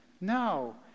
No